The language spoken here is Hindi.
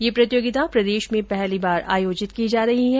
यह प्रतियोगिता प्रदेश में पहली बार आयोजित की जा रही है